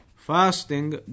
fasting